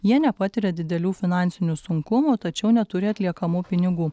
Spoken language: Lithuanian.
jie nepatiria didelių finansinių sunkumų tačiau neturi atliekamų pinigų